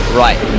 right